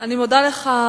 אני מודה לך,